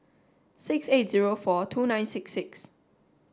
six eight zero four two nine six six